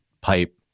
pipe